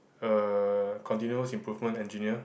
uh continuous improvement engineer